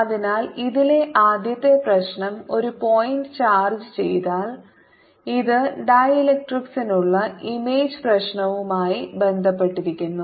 അതിനാൽ ഇതിലെ ആദ്യത്തെ പ്രശ്നം ഒരു പോയിന്റ് ചാർജ് ചെയ്താൽ ഇത് ഡീലക്ട്രിക്സിനുള്ള ഇമേജ് പ്രശ്നവുമായി ബന്ധപ്പെട്ടിരിക്കുന്നു